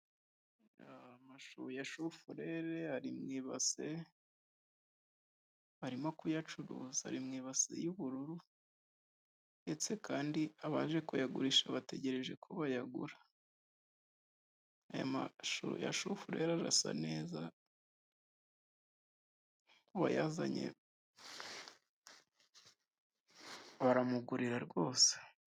Amashu ya shufureri ari mu ibase, barimo kuyacuruza Ari mu ibasi y'ubururu ndetse kandi abaje kuyagurisha bategereje ko bayagura aya mashu ya shufurero arasa neza uwayazanye baramugurira rwose.